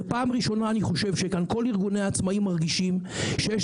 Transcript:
זו הפעם הראשונה שכל ארגוני העצמאים כאן מרגישים שיש